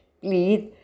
please